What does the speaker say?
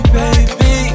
baby